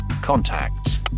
contacts